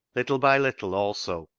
little by little also,